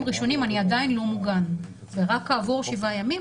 ראשונים אני עדיין לא מוגנת ורק כעבור שבעה ימים